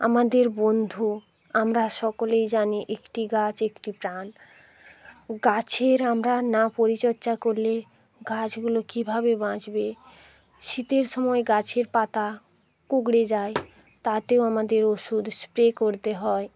আমাদের বন্ধু আমরা সকলেই জানি একটি গাছ একটি প্রাণ গাছের আমরা না পরিচর্যা করলে গাছগুলো কীভাবে বাঁচবে শীতের সময় গাছের পাতা কুঁকড়ে যায় তাতেও আমাদের ওষুধ স্প্রে করতে হয়